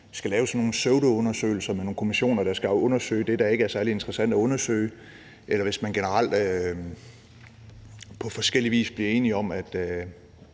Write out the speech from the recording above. man skal lave sådan nogle pseudoundersøgelser med nogle kommissioner, der skal undersøge det, der ikke er særlig interessant at undersøge, eller hvis man generelt på forskellig vis bliver enige om, at